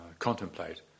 contemplate